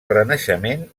renaixement